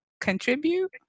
contribute